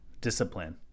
discipline